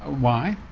why?